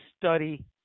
study